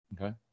Okay